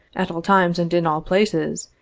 at all times and in all places,